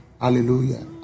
hallelujah